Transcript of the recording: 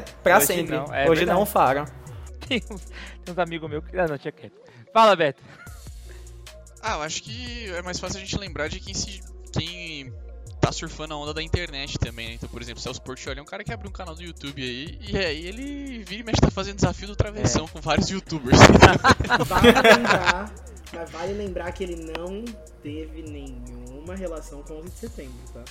pra Hoje sempre. não, é Hoje não, verdade. Faro. Tem uns- tem uns amigo meu que- Ah, não, tinha quieto. Fala, Beto. Ah, eu acho que é mais fácil a gente lembrar de quem se- quem tá surfando a onda da internet também, né? Então, por exemplo, Celso Portiolli é um cara que abre um canal do YouTube aí, e aí ele vira e mexe, tá fazendo desafio do travessão É. com vários youtubers. Vale lembrar- mas vale lembrar que ele não teve nenhuma relação com o 11 de setembro, tá?